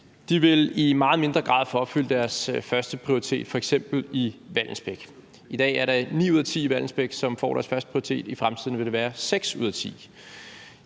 2 år, i meget mindre grad vil kunne få opfyldt deres førsteprioritet, f.eks. i Vallensbæk. I dag er det 9 ud af 10 i Vallensbæk, som får deres førsteprioritet. I fremtiden vil det være 6 ud af 10.